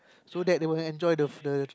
so that they will enjoy the the